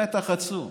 במתח עצום,